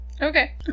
okay